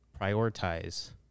prioritize